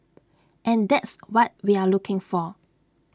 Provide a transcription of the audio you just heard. and that's what we're looking for